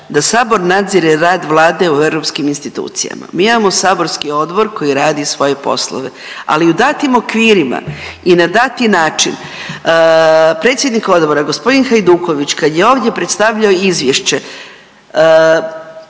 da sabor nadzire rad Vlade u europskim institucijama. Mi imamo saborski odbor koji rade svoje poslove, ali u datim okvirima i na dati način predsjednik odbora gospodin Hajduković kad je ovdje predstavljao izvješće,